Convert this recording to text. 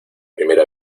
primera